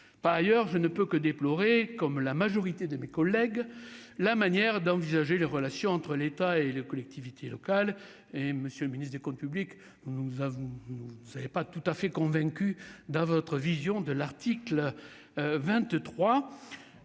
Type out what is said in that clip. par ailleurs, je ne peut que déplorer comme la majorité de mes collègues, la manière d'envisager les relations entre l'État et les collectivités locales et monsieur le ministre des Comptes publics nous avons ne savez pas tout à fait convaincu dans votre vision de l'article 23